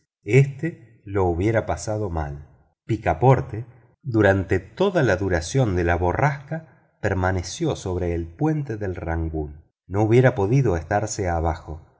éste lo hubiera pasado mal picaporte durante toda la duración de la borrasca permaneció sobre el puente del rangoon no hubiera podido estarse abajo